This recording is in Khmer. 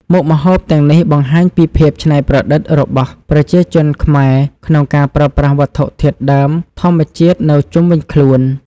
មុខម្ហូបទាំងនេះបង្ហាញពីភាពច្នៃប្រឌិតរបស់ប្រជាជនខ្មែរក្នុងការប្រើប្រាស់វត្ថុធាតុដើមធម្មជាតិនៅជុំវិញខ្លួន។